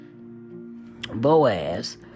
Boaz